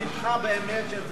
שהעלאת המע"מ זה טוב.